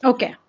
Okay